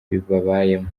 babayemo